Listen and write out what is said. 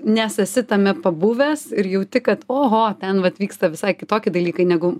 nes esi tame pabuvęs ir jauti kad oho ten vat vyksta visai kitokie dalykai negu